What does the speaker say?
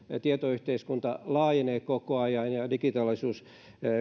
tietoyhteiskunta laajenee koko ajan ja ja digitaalisuus